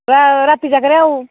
ରାତି ଯାକରେ ଆଉ